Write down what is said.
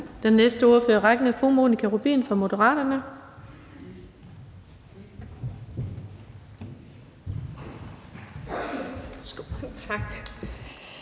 Den næste ordfører i rækken er fru Monika Rubin fra Moderaterne.